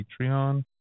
Patreon